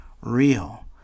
real